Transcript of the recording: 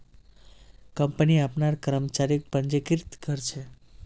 company अपनार कर्मचारीक पंजीकृत कर छे